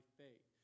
faith